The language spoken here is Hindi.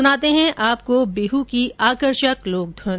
सुनाते है आपको बिहू की आकर्षक लोक धुन